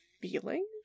feeling